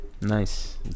Nice